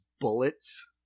bullets